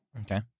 Okay